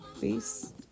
peace